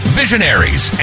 visionaries